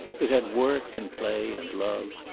it had work and play and love.